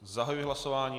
Zahajuji hlasování.